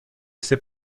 ese